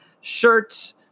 shirts